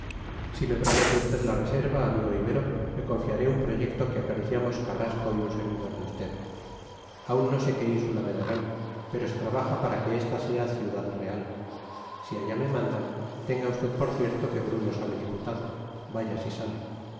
si me promete usted la reserva amigo ibero le confiaré un proyecto que acariciamos carrasco y un servidor de usted aún no sé qué ínsula me darán pero se trabaja para que esta sea ciudad real si allá me mandan tenga usted por cierto que bruno sale diputado vaya si sale